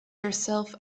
yourself